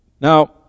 Now